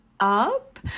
up